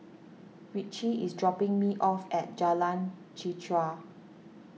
Ritchie is dropping me off at Jalan Chichau